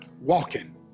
walking